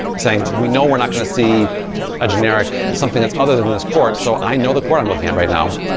saying we know we're not going to see a generic something other than this court, so i know the court i'm looking at right now.